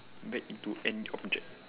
back into an object